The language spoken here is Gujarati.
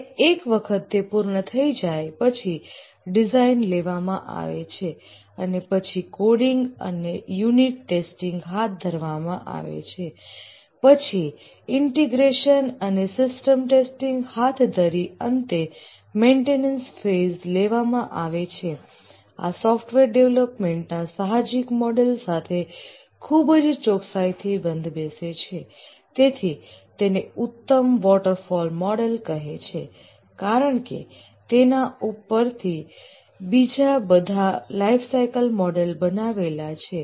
અને એક વખત તે પૂર્ણ થઈ જાય પછી ડિઝાઇન લેવામાં આવે છે અને પછી કોડીંગ અને યુનિટ ટેસ્ટિંગ હાથ ધરવામાં આવે છે પછી ઇન્ટીગ્રેશન અને સિસ્ટમ ટેસ્ટિંગ હાથ ધરી અંતે મેન્ટેનન્સ ફેજ લેવામાં આવે છે આ સોફ્ટવેર ડેવલપમેન્ટ ના સાહજિક મોડલ સાથે ખૂબ જ ચોકસાઇથી બંધ બેસે છે તેથી તેને ઉત્તમ વોટરફોલ મોડલ કહે છે કારણકે તેના પરથી બીજા બધા લાઈફસાઈકલ મોડેલ બનાવેલા છે